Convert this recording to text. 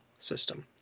system